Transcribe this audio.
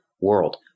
world